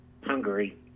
Hungary